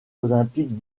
olympiques